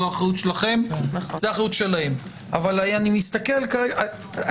אני מדבר על הצינור.